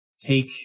take